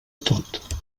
tot